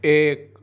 ایک